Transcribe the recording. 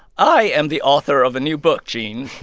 i am the author of a new book, gene.